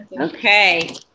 Okay